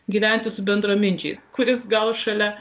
gyventi su bendraminčiais kuris gal šalia